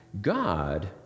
God